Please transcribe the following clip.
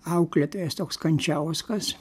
auklėtojas toks kančiauskas